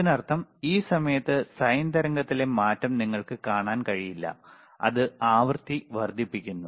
അതിനർത്ഥം ഈ സമയത്ത് സൈൻ തരംഗത്തിലെ മാറ്റം നിങ്ങൾക്ക് കാണാൻ കഴിയില്ല അത് ആവൃത്തി വർദ്ധിപ്പിക്കുന്നു